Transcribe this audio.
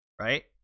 Right